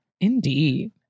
Indeed